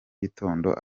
gitondo